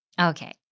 Okay